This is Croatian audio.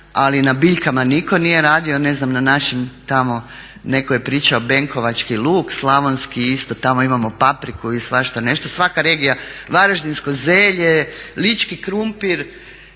ali na biljkama niko nije radio, ne znam na našim tamo neko je pričao benkovački luk, slavonski isto tamo imao papriku i svašta nešto, svaka regija, varaždinsko zelje, lički krumpir.